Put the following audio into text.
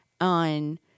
on